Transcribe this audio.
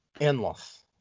endless